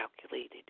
calculated